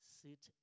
sit